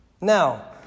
Now